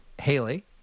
Haley